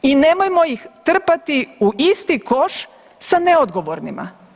I nemojmo ih trpati u isti koš sa neodgovornima.